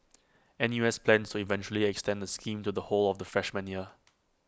N U S plans to eventually extend the scheme to the whole of the freshman year